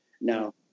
Now